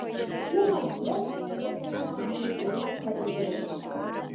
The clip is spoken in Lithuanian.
kuo jėzus taip papiktino kai kuriuos fariziejus